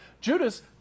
Judas